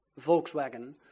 Volkswagen